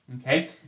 okay